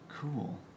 Cool